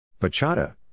Bachata